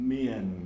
men